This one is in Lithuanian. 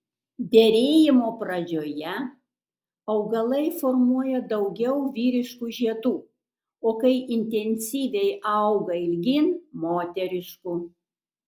derėjimo pradžioje augalai formuoja daugiau vyriškų žiedų o kai intensyviai auga ilgyn moteriškų